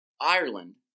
Ireland